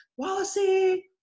Wallacey